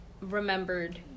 remembered